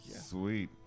Sweet